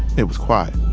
it was quiet